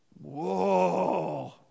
Whoa